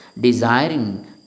desiring